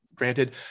granted